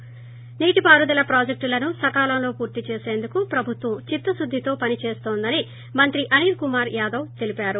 ి నీటి పారుదల ప్రాజెక్టులను సకాలంలో పూర్తి చేసిందుకు ప్రభుత్వం చిత్తశుద్దితో పని చేస్తోందని మంత్రి అనిల్ కుమార్ యాదవ్ తెలిపారు